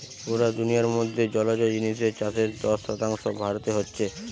পুরা দুনিয়ার মধ্যে জলজ জিনিসের চাষের দশ শতাংশ ভারতে হচ্ছে